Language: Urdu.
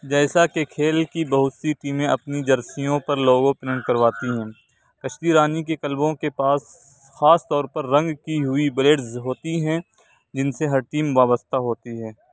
جیسا کہ کھیل کی بہت سی ٹیمیں اپنی جرسیوں پر لوگو پرنٹ کرواتی ہیں کشتی رانی کے کلبوں کے پاس خاص طور پر رنگ کی ہوئی بلیڈز ہوتی ہیں جن سے ہر ٹیم وابستہ ہوتی ہے